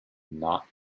not